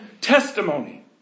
testimony